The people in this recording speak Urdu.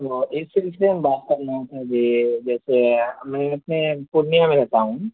تو ایک کو بات کرنا ہے کہ جیسے میں اپنے پورنیہ میں رہتا ہوں